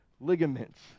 ligaments